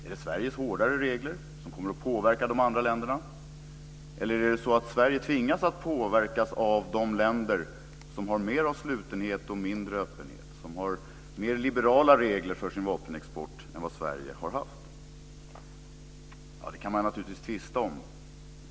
Är det Sveriges hårdare regler som kommer att påverka de andra länderna, eller är det så att Sverige tvingas att påverkas av de länder som har mer av slutenhet och mindre öppenhet och som har mer liberala regler för sin vapenexport än vad Sverige har haft? Det kan man naturligtvis tvista om.